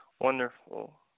Wonderful